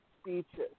speeches